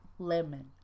Lemon